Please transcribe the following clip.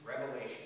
revelation